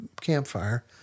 campfire